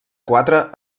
quatre